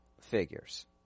figures